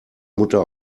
mutter